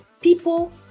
people